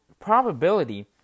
probability